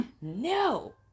No